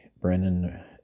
Brennan